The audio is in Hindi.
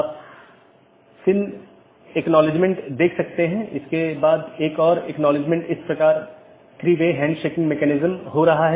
तो यह AS संख्याओं का एक सेट या अनुक्रमिक सेट है जो नेटवर्क के भीतर इस राउटिंग की अनुमति देता है